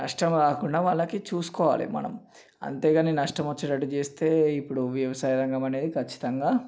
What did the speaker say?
నష్టం రాకుండా వాళ్ళకి చూసుకోవాలి మనం అంతేకానీ నష్టం వచ్చేటట్టు చేస్తే ఇప్పుడు వ్యవసాయ రంగం అనేది ఖచ్చితంగా